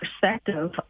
perspective